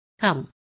Come